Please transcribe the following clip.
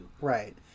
Right